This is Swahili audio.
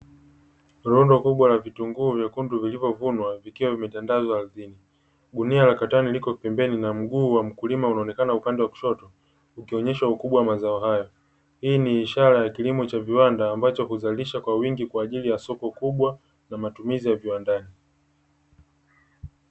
Rundo kubwa la vitunguu vilivyovunwa vikiwa vimetandazwa ardhini, gunia la katani lipo pembeni na mguu wa mkulima upande wa kushoto. Hii ni ishara ya kilimo cha viwanda ambacho huzalisha kwa wingi kwa ajili ya soko kubwa na matumizi ya viwandani.